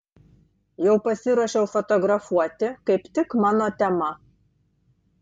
jau pasiruošiau fotografuoti kaip tik mano tema